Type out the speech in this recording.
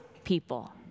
People